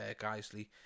Geisley